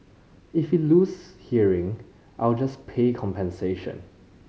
if he lose hearing I'll just pay compensation